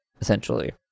essentially